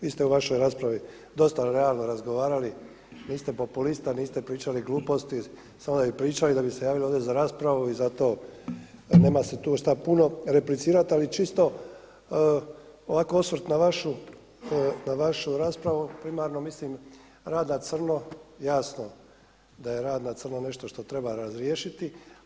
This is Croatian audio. Vi ste u vašoj raspravi dosta realno razgovarali, niste populista, niste pričali gluposti, samo da bi pričali, da bi se javili ovdje za raspravu i zato nema se tu šta puno replicirati ali čisto ovako osvrt na vašu raspravu, primarno mislim rad na crno, jasno da je rad na crno nešto što treba razriješiti.